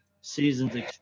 season's